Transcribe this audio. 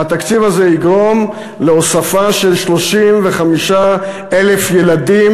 והתקציב הזה יגרום להוספה של 35,000 ילדים